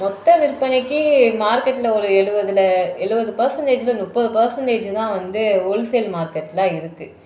மொத்த விற்பனைக்கு மார்க்கெட்ல ஒரு எழுபதுல எழுபது பர்செண்ட்ஜ்ல முப்பது பர்செண்ட்ஜ் தான் வந்து ஹோல் சேல் மார்க்கெட் தான் இருக்குது